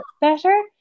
better